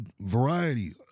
Variety